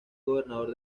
gobernador